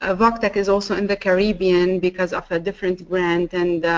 ah voctec is also in the caribbean because of a different grant and